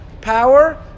power